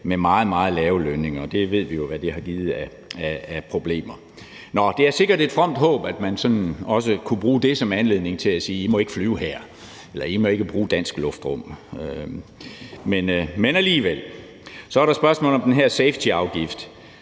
med meget, meget lave lønninger, og det ved vi jo hvad har givet af problemer. Det er sikkert et fromt håb, at man sådan også kunne bruge det som anledning til at sige, at I ikke må flyve her, eller at I ikke må bruge dansk luftrum. Så er der spørgsmålet om den her safetyafgift,